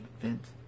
Vince